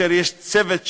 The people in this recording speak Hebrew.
יש צוות שלם,